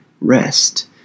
rest